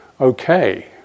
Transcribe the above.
okay